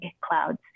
clouds